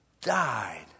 died